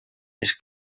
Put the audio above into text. els